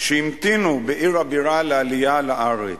שהמתינו בעיר הבירה לעלייה לארץ.